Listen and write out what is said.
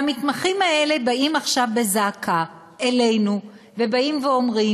והמתמחים האלה באים עכשיו בזעקה אלינו ואומרים: